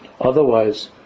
otherwise